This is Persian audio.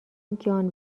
جان